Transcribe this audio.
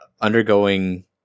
undergoing